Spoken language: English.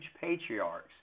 patriarchs